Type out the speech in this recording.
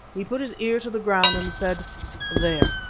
he put his ear to the ground and said there.